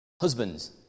Husbands